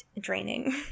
draining